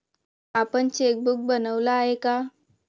आपण चेकबुक बनवलं आहे का?